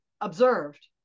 observed